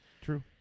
True